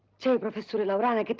so professor laurana